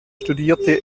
studierte